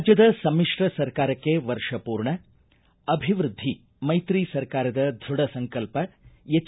ರಾಜ್ಯದ ಸಮಿಕ್ರ ಸರ್ಕಾರಕ್ಕೆ ವರ್ಷ ಪೂರ್ಣ ಅಭಿವೃದ್ಧಿ ಮೈತ್ರಿ ಸರ್ಕಾರದ ದೃಢ ಸಂಕಲ್ಪ ಎಚ್